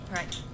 right